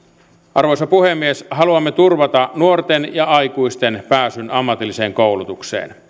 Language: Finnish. arvoisa puhemies haluamme turvata nuorten ja aikuisten pääsyn ammatilliseen koulutukseen